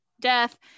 death